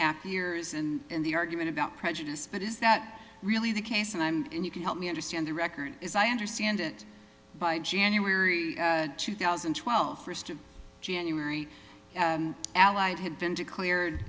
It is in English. half years and the argument about prejudice but is that really the case and i and you can help me understand the record as i understand it by january two thousand and twelve first of january allied had been declared